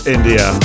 India